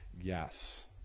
Yes